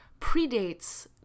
predates